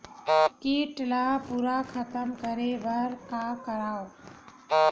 कीट ला पूरा खतम करे बर का करवं?